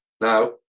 Now